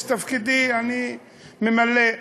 את תפקידי אני ממלא.